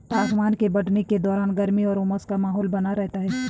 तापमान के बढ़ने के दौरान गर्मी और उमस का माहौल बना रहता है